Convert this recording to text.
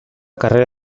carrera